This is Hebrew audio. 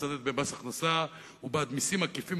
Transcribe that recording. מצדד במס הכנסה ובמסים עקיפים,